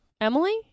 Emily